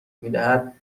میدهد